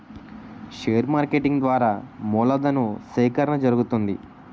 share marketing ద్వారా మూలధను సేకరణ జరుగుతుంది